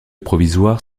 provisoire